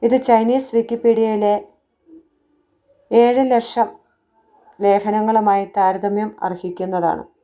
ഇത് ചൈനീസ് വിക്കിപീഡിയയിലെ ഏഴ് ലക്ഷം ലേഖനങ്ങളുമായി താരതമ്യം അര്ഹിക്കുന്നതാണ്